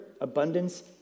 abundance